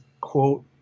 quote